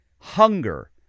Hunger